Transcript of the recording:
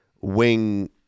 Wing